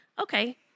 Okay